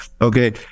okay